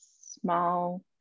small